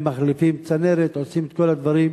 הם מחליפים צנרת, עושים את כל הדברים.